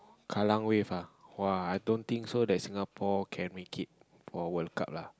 Kallang Wave ah !woah! i don't think so Singapore can make it for World Cup lah